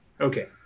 okay